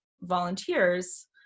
volunteers